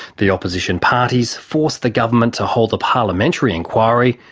the opposition parties forced the government to hold the parliamentary inquiry,